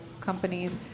companies